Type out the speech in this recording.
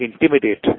intimidate